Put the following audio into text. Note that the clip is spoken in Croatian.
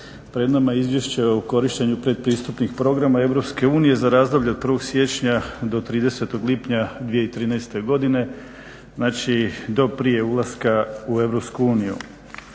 Preda nama je izvješće o korištenju pretpristupnih programa EU za razdoblje od 1.siječnja do 30.lipnja 2013.godine. Znači do prije ulaska u EU.